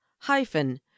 hyphen